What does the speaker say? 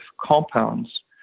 compounds